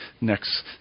next